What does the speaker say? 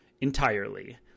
entirely